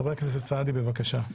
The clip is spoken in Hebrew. חבר הכנסת סעדי, בבקשה.